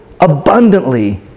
abundantly